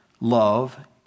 love